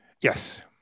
Yes